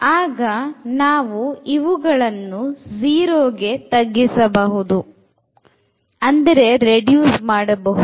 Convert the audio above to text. ಆಗ ನಾವು ಇವುಗಳನ್ನು 0 ಗೆ ತಗ್ಗಿಸಬಹುದು ಅಂದರೆ ರೆಡ್ಯೂಸ್ ಮಾಡಬಹುದು